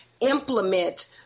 implement